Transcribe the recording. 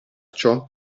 ciò